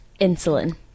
Insulin